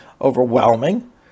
overwhelming